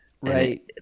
right